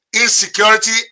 Insecurity